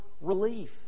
relief